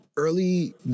Early